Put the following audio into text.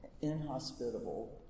inhospitable